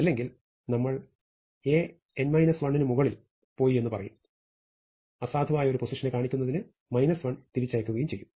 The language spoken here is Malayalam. അല്ലെങ്കിൽ നമ്മൾ An 1നു മുകളിൽ പോയിയെന്ന് പറയുകയും അസാധുവായി ഒരു പൊസിഷനെ കാണിക്കുന്നതിന് 1 തിരിച്ചയക്കുകയും ചെയ്യും